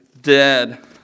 dead